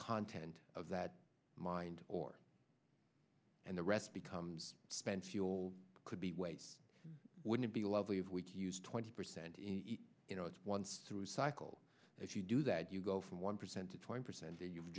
content of that mind or and the rest becomes spent fuel could be waste wouldn't be lovely if we can use twenty percent you know it's once through a cycle if you do that you go from one percent to twenty percent and you've